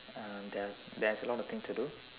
uh there there's a lot of things to do